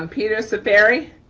um peter ciferri.